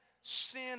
Sin